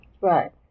Right